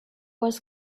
was